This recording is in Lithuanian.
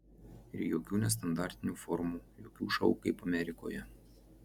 ir jokių nestandartinių formų jokių šou kaip amerikoje